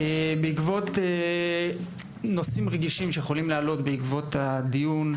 בעקבות נושאים רגישים שיכולים לעלות בעקבות הדיון,